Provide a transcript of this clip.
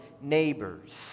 neighbors